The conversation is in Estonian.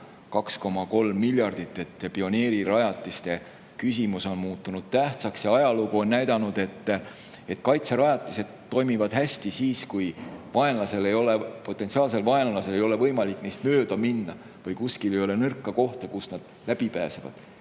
2,3 miljardit. Pioneerirajatiste küsimus on muutunud tähtsaks. Ajalugu on näidanud, et kaitserajatised toimivad hästi siis, kui potentsiaalsel vaenlasel ei ole võimalik neist mööda minna, kui kuskil ei ole nõrka kohta, kust nad läbi pääsevad.